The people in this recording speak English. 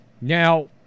now